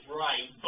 right